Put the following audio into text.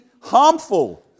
harmful